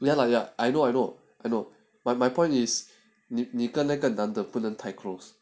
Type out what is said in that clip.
ya lah ya I know I know I know but my point is 你你跟那个男的不能太 close